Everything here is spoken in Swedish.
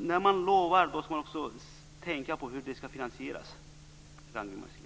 När man lovar ska man också tänka på hur det ska finansieras, Ragnwi Marcelind.